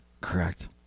Correct